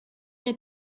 had